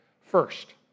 first